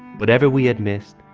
whatever we had missed,